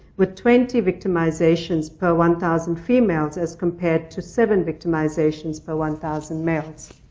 with twenty victimizations per one thousand females, as compared to seven victimizations per one thousand males.